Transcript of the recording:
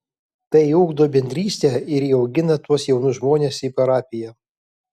tai ugdo bendrystę ir įaugina tuos jaunus žmones į parapiją